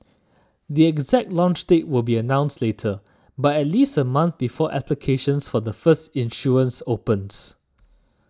the exact launch date will be announced later but at least a month before applications for the first issuance open